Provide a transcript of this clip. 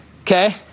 okay